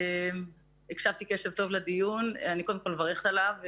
הקשבתי לדיון ואני מברכת עליו.